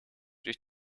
durch